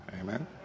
Amen